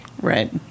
Right